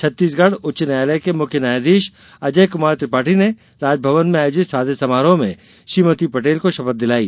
छत्तीसगढ़ उच्च न्यायालय के मुख्य न्यायाधीश अजय कुमार त्रिपाठी ने राजभवन में आयोजित सादे समारोह में श्रीमती पटेल को शपथ दिलाई